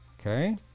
Okay